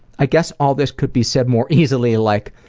i guess all this could be said more easily like,